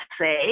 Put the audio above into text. say